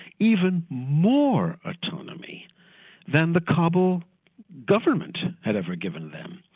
even more autonomy than the kabul government had ever given them.